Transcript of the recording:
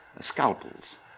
scalpels